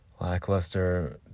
lackluster